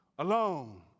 Alone